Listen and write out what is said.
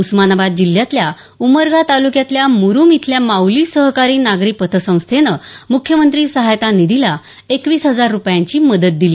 उस्मानाबाद जिल्ह्यातल्या उमरगा तालुक्यातल्या मुरूम इथल्या माऊली सहकारी नागरी पतसंस्थेनं मुख्यमंत्री सहाय्यता निधीला एकवीस हजार रूपयांची मदत दिली